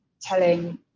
telling